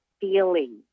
feeling